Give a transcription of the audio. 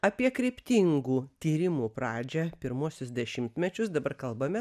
apie kryptingų tyrimų pradžią pirmuosius dešimtmečius dabar kalbame